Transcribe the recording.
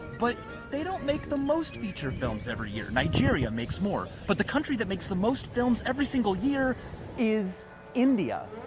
but they don't make the most feature films every year. nigeria makes more. but the country that makes the most films every single year is india.